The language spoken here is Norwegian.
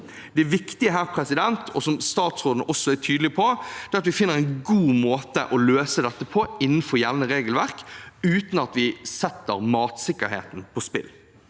Det viktige her, som statsråden også er tydelig på, er at vi finner en god måte å løse dette på innenfor gjeldende regelverk, uten at vi setter matsikkerheten på spill.